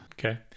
Okay